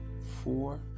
four